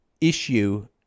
issue